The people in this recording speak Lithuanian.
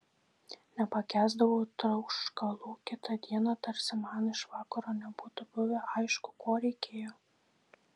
nepakęsdavau tauškalų kitą dieną tarsi man iš vakaro nebūtų buvę aišku ko reikėjo